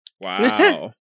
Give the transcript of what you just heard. Wow